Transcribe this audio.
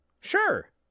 Sure